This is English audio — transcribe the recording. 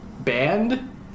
band